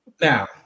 Now